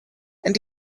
and